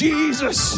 Jesus